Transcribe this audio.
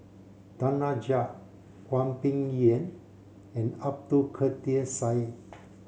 Danaraj Hwang Peng Yuan and Abdul Kadir Syed